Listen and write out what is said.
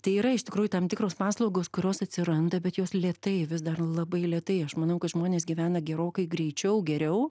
tai yra iš tikrųjų tam tikros paslaugos kurios atsiranda bet jos lėtai vis dar labai lėtai aš manau kad žmonės gyvena gerokai greičiau geriau